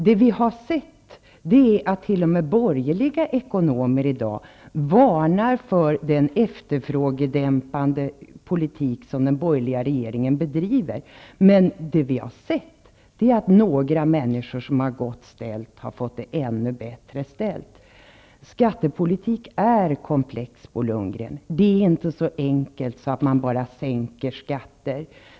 Det vi har sett är att t.o.m. borgerliga ekonomer i dag varnar för den efterfrågedämpande politik som den borgerliga regeringen bedriver. Det vi har sett är att några människor som har det gott ställt har fått det ännu bättre ställt. Skattepolitiken är komplex, Bo Lundgren. Det är inte så enkelt som att bara sänka skatter.